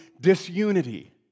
disunity